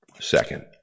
Second